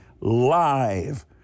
live